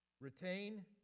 Retain